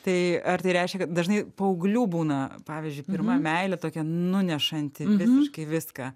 tai ar tai reiškia kad dažnai paauglių būna pavyzdžiui pirma meilė tokia nunešanti visiškai viską